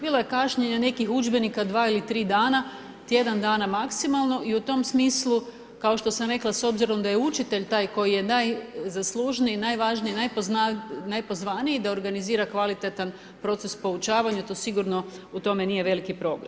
Bilo je kašnjenje nekih udžbenika nekih 2 ili 3 dana, tjedan dana maksimalno i u tom smislu, kao što sam rekla, s obzirom da je učitelj taj, koji je najzaslužniji, najvažniji, najpozvaniji, da organizira kvalitetan proces poučavanja, to sigurno u tome nije veliki problem.